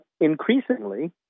increasingly